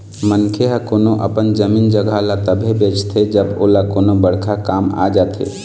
मनखे ह कोनो अपन जमीन जघा ल तभे बेचथे जब ओला कोनो बड़का काम आ जाथे